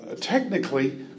technically